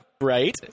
Right